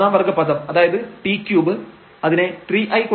മൂന്നാം വർഗ്ഗ പദം അതായത് t3 അതിനെ 3